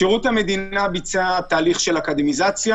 שירות המדינה ביצע תהליך של אקדמיזציה,